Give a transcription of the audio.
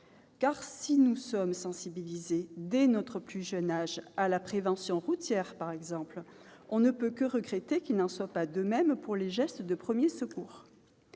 Si nous sommes sensibilisés, dès notre plus jeune âge, à la prévention routière par exemple, on peut regretter qu'il n'en soit pas de même pour les gestes de premiers secours.